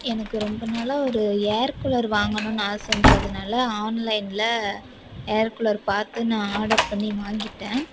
எனக்கு ரொம்ப நாளாக ஒரு ஏர் கூலர் வாங்கணுன்னு ஆசைன்றதுனால ஆன்லைனில் ஏர் கூலர் பார்த்து நான் ஆர்டர் பண்ணி வாங்கிவிட்டேன்